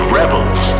rebels